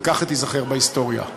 וכך היא תיזכר בהיסטוריה.